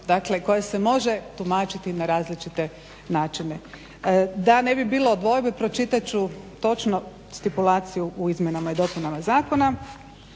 dakle koja se može tumačiti na različite načine. Da ne bi bilo dvojbe pročitat ću točno stipulaciju u izmjenama i dopunama zakona,